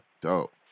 Dope